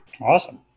Awesome